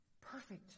perfect